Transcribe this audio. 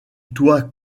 toit